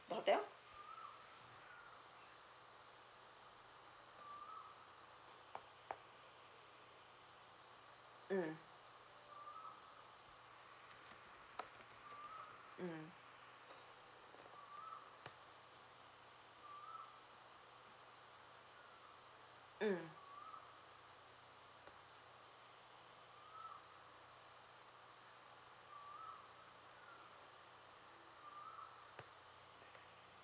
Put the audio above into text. the hotel mm mm mm